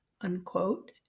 unquote